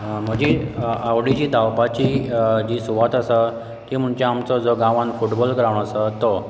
म्हजी आवडीची धांवपाची जी सुवात आसा ते म्हणचे आमचो जो गांवान फुटबॉल ग्रांवड आसा तो